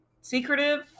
Secretive